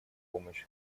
помощи